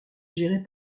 gérée